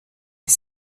est